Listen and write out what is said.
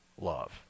love